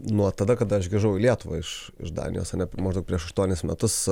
nuo tada kada aš grįžau į lietuvą iš danijos ane maždaug prieš aštuonis metus